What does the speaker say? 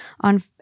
on